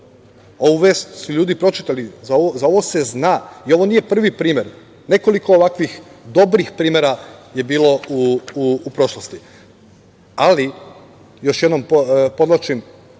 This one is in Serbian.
Ovu vestu su ljudi pročitali. Za ovo se zna i ovo nije prvi primer. Nekoliko ovakvih dobri primera je bilo u prošlosti. Još jednom podvlačim